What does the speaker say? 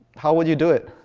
how would you do it?